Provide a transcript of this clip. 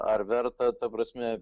ar verta ta prasme